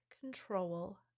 control